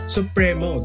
Supremo